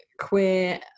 queer